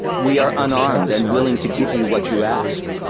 we are unarmed, and willing to give you what you ask,